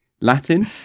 Latin